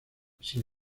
sin